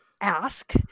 ask